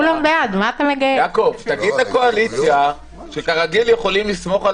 תגיד לקואליציה שכרגיל יכולים לסמוך על